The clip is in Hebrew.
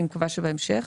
אני מקווה שבהמשך,